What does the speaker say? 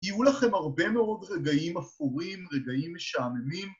יהיו לכם הרבה מאוד רגעים עכורים, רגעים משעממים.